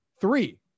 three